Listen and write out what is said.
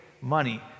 money